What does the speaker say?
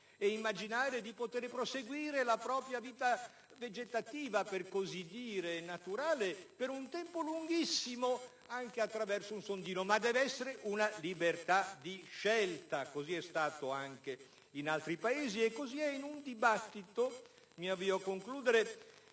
ed immaginare di poter proseguire la propria vita vegetativa, per così dire naturale, per un tempo lunghissimo, anche attraverso un sondino, ma deve essere una libera scelta. Così è stato anche in altri Paesi e così è in un dibattito che, se spogliato